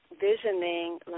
visioning